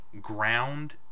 ground